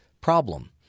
problem